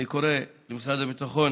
אני קורא למשרד הביטחון